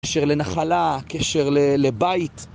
קשר לנחלה, קשר לבית